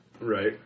Right